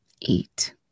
eat